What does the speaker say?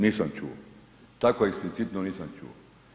Nisam čuo, tako eksplicitno nisam čuo.